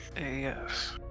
Yes